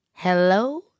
Hello